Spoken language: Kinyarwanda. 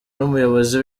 n’umuyobozi